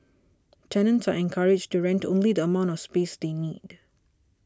tenants are encouraged to rent only the amount of space they need